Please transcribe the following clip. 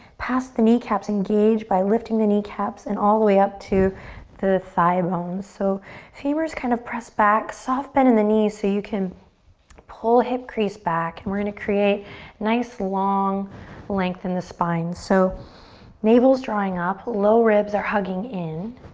past the kneecaps. engage by lifting the kneecaps and all the way up to the thigh bones. so femurs kind of press back. soft bend in the knee so you can pull hip crease back and we're gonna create nice long length in the spine. so navel's drawing up. low ribs are hugging in.